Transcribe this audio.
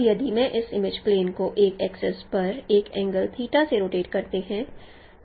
अब यदि मैं इस इमेज प्लेन को एक एक्सिस पर एक एंगल से रोटेट करेते हैं